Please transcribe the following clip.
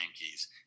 Yankees